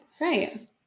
Right